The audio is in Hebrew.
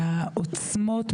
מהעוצמות,